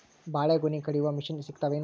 ಬಾಳಿಗೊನಿ ಕಡಿಯು ಮಷಿನ್ ಸಿಗತವೇನು?